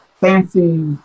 fancy